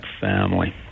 family